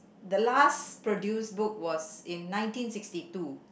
the last produced book was in nineteen sixty two